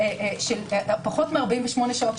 של פחות מ-48 שעות,